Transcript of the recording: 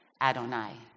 Adonai